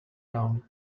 down